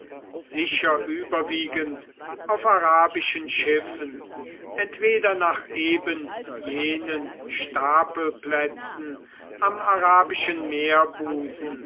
sicher überwiegend auf arabischen schiffen entweder nach eben jenen stapelplätzen am arabischen meerbusen